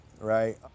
right